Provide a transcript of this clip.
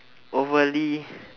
overly